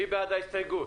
מי בעד ההסתייגות